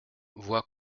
voie